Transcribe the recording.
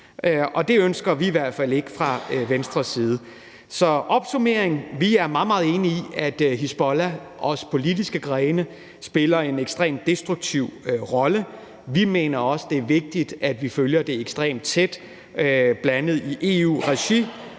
Det ønsker vi i hvert fald ikke fra Venstres side. Så opsummeringen er, at vi er meget, meget enige i, at Hizbollah, også deres politiske grene, spiller en ekstremt destruktiv rolle. Vi mener også, det er vigtigt, at vi følger det ekstremt tæt, bl.a. i EU-regi.